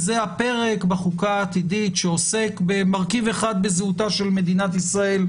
זה הפרק בחוקה העתידית שעוסק במרכיב אחד בזהותה של מדינת ישראל,